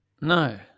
No